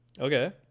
Okay